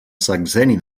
sexenni